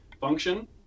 function